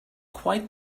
quite